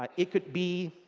um it could be